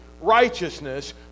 righteousness